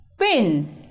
Pin